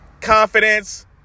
confidence